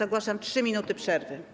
Ogłaszam 3 minuty przerwy.